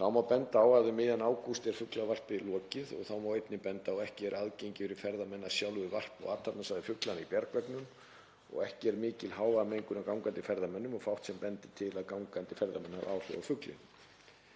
Þá má benda á að um miðjan ágúst er fuglavarpi lokið. Þá má einnig benda á að ekki er aðgengi fyrir ferðamenn að sjálfu varpinu og athafnasvæði fugla í bjargveggnum og ekki er mikil hávaðamengun af gangandi ferðamönnum og fátt sem bendir til að gangandi ferðamenn hafi áhrif á fuglinn.